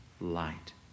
light